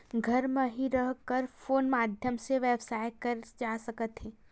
घर म हि रह कर कोन माध्यम से व्यवसाय करे जा सकत हे?